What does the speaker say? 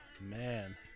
man